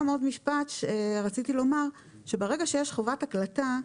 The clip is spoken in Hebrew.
ברגע שיש חובת הקלטה,